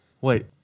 Wait